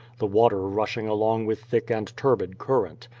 the water rushing along with thick and turbid current.